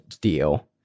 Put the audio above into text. deal